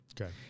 Okay